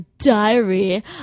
diary